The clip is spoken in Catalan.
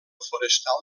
forestal